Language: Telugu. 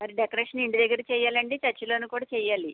మరి డెకరేషన్ ఇంటి దగ్గర చేయాలండి చర్చిలోను కూడా చేయాలి